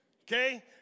Okay